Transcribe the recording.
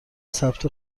ثبت